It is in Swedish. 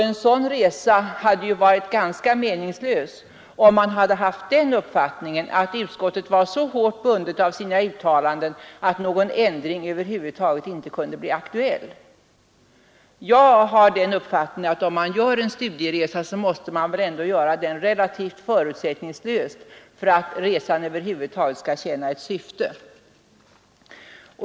En sådan resa hade varit ganska meningslös om utskottet ansett sig vara så hårt bundet av sina uttalanden att någon ändring över huvud taget inte kunde bli aktuell. Jag har den uppfattningen att om man gör en studieresa, så måste man göra den relativt förutsättningslöst för att resan över huvud taget skall tjäna ett syfte.